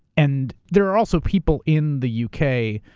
and there are also people in the u. k.